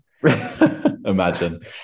imagine